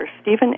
Stephen